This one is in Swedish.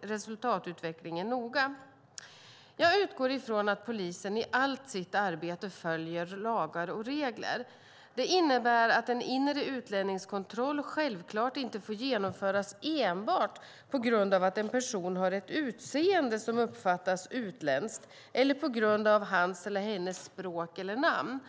resultatutvecklingen noga. Jag utgår ifrån att polisen i allt sitt arbete följer lagar och regler. Det innebär att en inre utlänningskontroll självklart inte får genomföras enbart på grund av att en person har ett utseende som uppfattas som utländskt eller på grund av hans eller hennes språk eller namn.